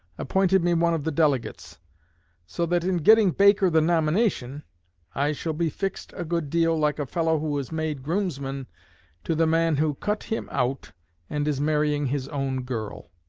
appointed me one of the delegates so that in getting baker the nomination i shall be fixed a good deal like a fellow who is made groomsman to the man who cut him out and is marrying his own girl.